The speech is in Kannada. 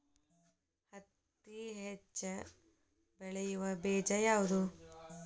ಹತ್ತಿ ಹೆಚ್ಚ ಬೆಳೆಯುವ ಬೇಜ ಯಾವುದು?